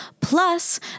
plus